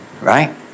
Right